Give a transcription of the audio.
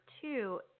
two